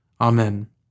Amen